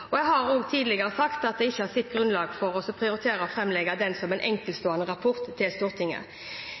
og jeg har også tidligere sagt at jeg ikke har sett grunnlag for å prioritere å legge fram den som en enkeltstående rapport til Stortinget.